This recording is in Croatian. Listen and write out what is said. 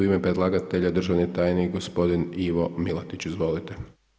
U ime predlagatelja državni tajnik gospodin Ivo Miletić, izvolite.